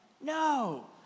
no